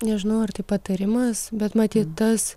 nežinau ar tai patarimas bet matyt tas